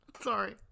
Sorry